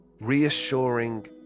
reassuring